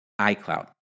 iCloud